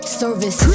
service